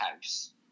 house